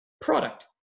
product